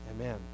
Amen